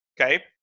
okay